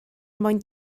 mwyn